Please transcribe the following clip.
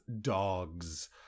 dogs